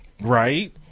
Right